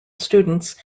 students